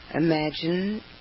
Imagine